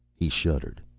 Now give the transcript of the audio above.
he shuddered.